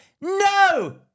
no